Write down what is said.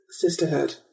sisterhood